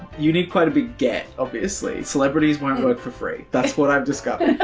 you need quite a big get obviously, celebrities won't go for free. that's what i've discovered.